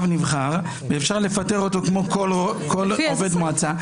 נבחר ואפשר לפטר אותו כמו כל עובד מועצה.